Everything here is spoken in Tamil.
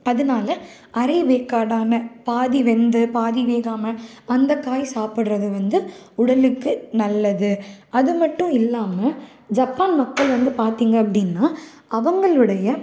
அதனால அரை வேக்காடான பாதி வெந்து பாதி வேகாமல் அந்த காயை சாப்பிட்றது வந்து உடலுக்கு நல்லது அதுமட்டும் இல்லாமல் ஜப்பான் மக்கள் வந்து பார்த்திங்க அப்படின்னா அவங்களுடைய